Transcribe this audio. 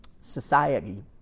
society